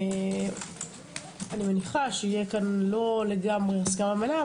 אני מניחה שלא תהיה הסכמה מלאה,